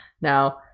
now